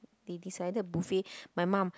they decided buffet my mum